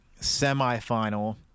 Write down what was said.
semifinal